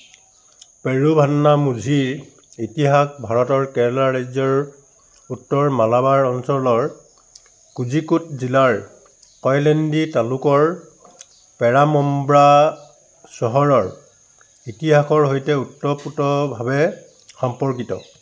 পেৰুভান্নামুঝিৰ ইতিহাস ভাৰতৰ কেৰালা ৰাজ্যৰ উত্তৰ মালাবাৰ অঞ্চলৰ কোজিকোড জিলাৰ কয়লেণ্ডি তালুকৰ পেৰামমব্ৰা চহৰৰ ইতিহাসৰ সৈতে ওতঃপ্ৰোতভাৱে সম্পৰ্কিত